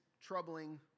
Troubling